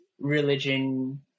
religion